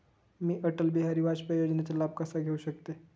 मी अटल बिहारी वाजपेयी योजनेचा लाभ कसा घेऊ शकते?